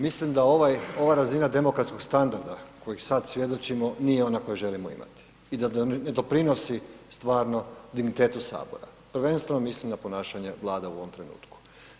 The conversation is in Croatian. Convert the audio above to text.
Mislim da ova razina demokratskog standarda kojeg sad svjedočimo, nije ona koju želimo imati i da ne doprinosi stvarno dignitetu Sabora, prvenstvo mislim na ponašanje Vlade u ovom trenutku.